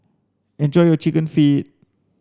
enjoy your chicken feet